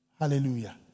Hallelujah